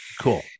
Cool